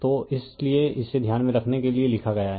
तो इसीलिए इसे ध्यान में रखने के लिए लिखा गया है